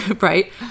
Right